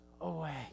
away